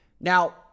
Now